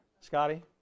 Scotty